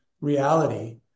reality